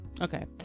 Okay